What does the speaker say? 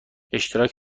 اشتراک